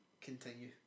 continue